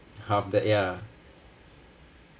have that ya